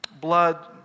blood